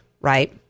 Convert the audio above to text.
right